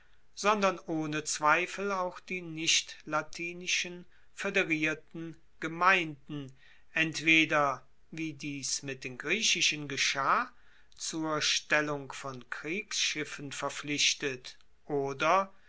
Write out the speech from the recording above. sondern ohne zweifel auch die nichtlatinischen foederierten gemeinden entweder wie dies mit den griechischen geschah zur stellung von kriegsschiffen verpflichtet oder